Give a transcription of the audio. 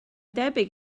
debyg